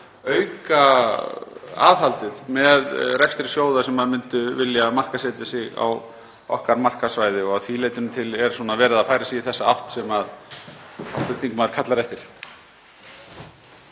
að auka aðhaldið með rekstri sjóða sem myndu vilja markaðssetja sig á okkar markaðssvæði og að því leytinu til er verið að færa sig í þessa átt sem hv. þingmaður kallar eftir.